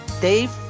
Dave